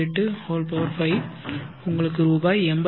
085 உங்களுக்கு ரூபாய் 86